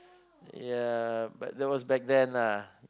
ya but that was back then lah